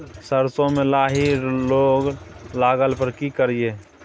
सरसो मे लाही रोग लगला पर की करिये?